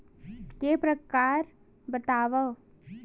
के प्रकार बतावव?